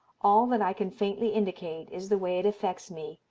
all that i can faintly indicate is the way it affects me,